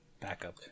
backup